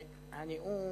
מהנאום